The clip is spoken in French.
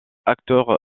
acteurs